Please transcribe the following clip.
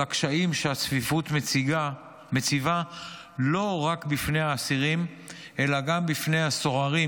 על הקשיים שהצפיפות מציבה לא רק בפני האסירים אלא גם בפני הסוהרים,